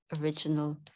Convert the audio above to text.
original